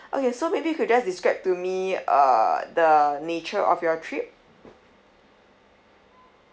okay so maybe you could just describe to me uh the nature of your trip